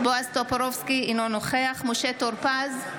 אינו נוכח משה טור פז,